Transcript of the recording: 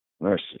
Mercy